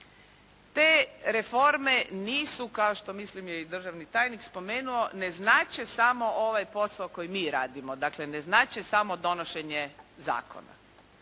Te reforme nisu kao što mislim da je i državni tajnik spomenuo, ne znače samo ovaj posao koji mi radimo. Dakle, ne znače samo donošenje zakona.